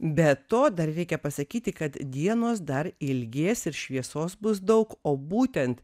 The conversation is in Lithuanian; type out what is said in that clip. be to dar reikia pasakyti kad dienos dar ilgės ir šviesos bus daug o būtent